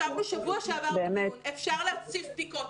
ישבנו בשבוע שעבר ואפשר להוסיף בדיקות.